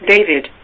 David